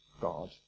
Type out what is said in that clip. God